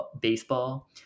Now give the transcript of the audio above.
Baseball